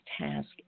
task